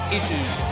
Issues